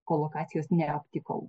kolokacijos neaptikau